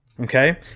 Okay